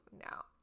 now